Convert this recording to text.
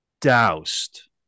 doused